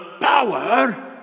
power